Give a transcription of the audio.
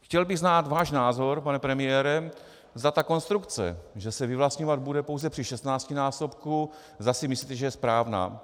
Chtěl bych znát váš názor, pane premiére, zda ta konstrukce, že se vyvlastňovat bude pouze při šestnáctinásobku, zda si myslíte, že je správná.